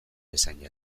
bezain